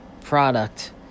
product